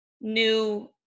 new